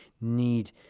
need